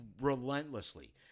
relentlessly